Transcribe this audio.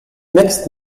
mixed